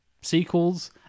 sequels